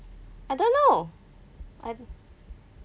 I don't know I'm